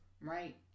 right